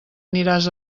aniràs